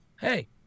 Hey